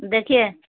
دیکھیے